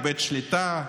איבד שליטה,